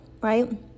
right